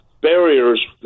barriers